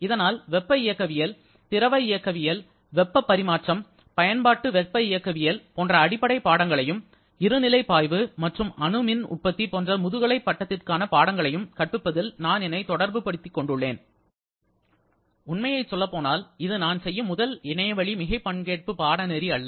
இதனால் வெப்ப இயக்கவியல் திரவ இயக்கவியல் வெப்பப் பரிமாற்றம் பயன்பாட்டு வெப்ப இயக்கவியல் போன்ற அடிப்படை பாடங்களையும் இருநிலை பாய்வு மற்றும் அணு மின் உற்பத்தி போன்ற முதுகலை பட்டத்திற்கான பாடங்களை கற்பிப்பதில் நான் என்னை தொடர்புபடுத்தி கொண்டுள்ளேன் உண்மையைச் சொல்லப்போனால் இது நான் செய்யும் முதல் இணையவழி மிகை பங்கேற்பு பாடநெறி அல்ல